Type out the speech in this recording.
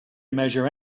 measure